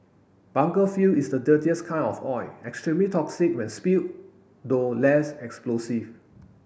bunker fuel is the dirtiest kind of oil extremely toxic when spilled though less explosive